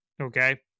okay